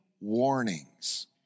warnings